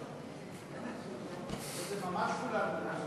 זה ממש כולן,